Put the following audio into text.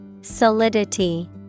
Solidity